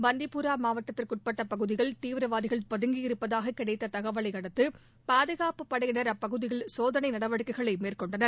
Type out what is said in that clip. பந்திபூரா மாவட்டத்திற்குட்பட்ட பகுதியில் தீவிரவாதிகள் பதங்கியிருப்பதாக கிடைத்த தகவலை அடுத்து பாதுகாப்பு படையினர் அப்பகுதியில் சோதனை நடவடிக்கைகளை மேற்கொண்டனர்